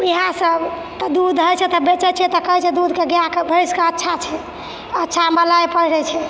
तऽ इएहसब तऽ दूध होइ छै तऽ बेचै छिए तऽ कहै छै दूधके गाइके भैँसके अच्छा छै अच्छा मलाइ पड़ै छै